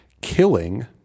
killing